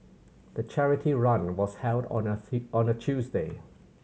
the charity run was held on a on a Tuesday